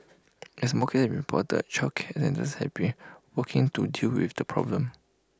as more cases reported childcare centres have been working to deal with the problem